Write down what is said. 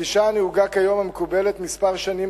הגישה הנהוגה כיום והמקובלת כמה שנים